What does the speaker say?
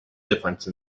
difference